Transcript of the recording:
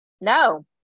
no